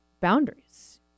boundaries